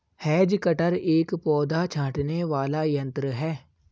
has cutter एक पौधा छाँटने वाला यन्त्र है